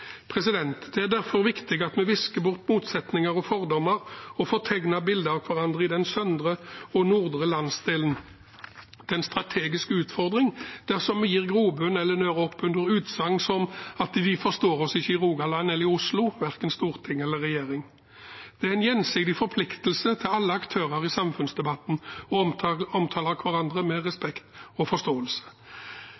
Det er derfor viktig at vi visker bort motsetninger og fordommer og et fortegnet bilde av hverandre i den søndre og nordre landsdelen. Det er en strategisk utfordring dersom vi gir grobunn for eller nører oppunder utsagn som at de forstår oss ikke i Rogaland eller i Oslo, verken storting eller regjering. Det er en gjensidig forpliktelse til alle aktører i samfunnsdebatten å omtale hverandre med